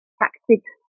tactics